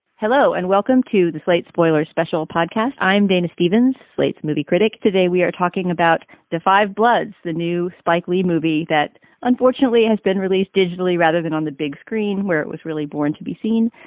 hello and welcome to the slate spoiler special podcast. i'm dana stevens, slate's movie critic. today we are talking about the five bloods, the new spike lee movie that unfortunately has been released digitally rather than on the big screen where it was really born to be seen,